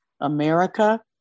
America